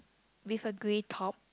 with a grey top